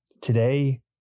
today